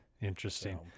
Interesting